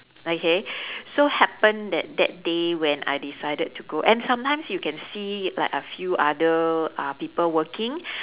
okay so happen that that day when I decided to go and sometimes you can see like a few other uh people working